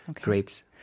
grapes